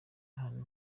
ahantu